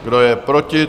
Kdo je proti?